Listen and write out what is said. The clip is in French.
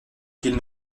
qu’il